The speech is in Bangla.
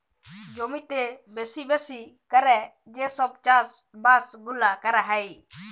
জমিতে বেশি বেশি ক্যরে যে সব চাষ বাস গুলা ক্যরা হ্যয়